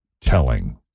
telling